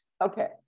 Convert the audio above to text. Okay